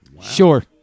Sure